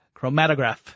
Chromatograph